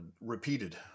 repeated